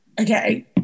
Okay